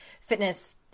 fitness